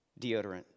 deodorant